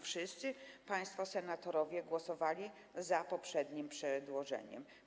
Wszyscy państwo senatorowie głosowali za poprzednim przedłożeniem.